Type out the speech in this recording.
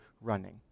running